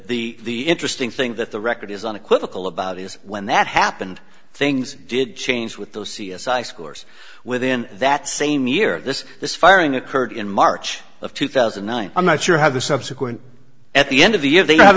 the the interesting thing that the record is unequivocal about is when that happened things did change with those c s i scores within that same year this this firing occurred in march of two thousand and nine i'm not sure how the subsequent at the end of the year they